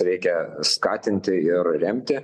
reikia skatinti ir remti